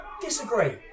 disagree